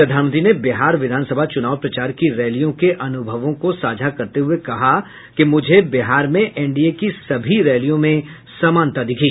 प्रधानमंत्री ने बिहार विधानसभ चूनाव प्रचार की रैलियों के अनुभवों को साझा करते हुए कहा कि मुझे बिहार में एनडीए की सभी रैलियों में समानता दिखी